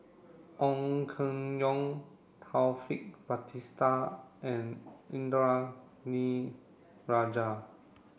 Ong Keng Yong Taufik Batisah and Indranee Rajah